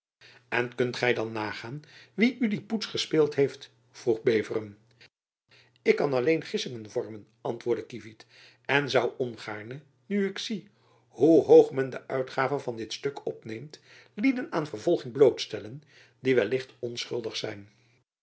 en kunt gy dan nagaan wie u die poets gespeeld heeft vroeg beveren ik kan alleen gissingen vormen antwoordde kievit en zoû ongaarne nu ik zie hoe hoog men de uitgave van dit stuk opneemt lieden aan vervolging blootstellen die wellicht onschuldig zijn